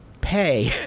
pay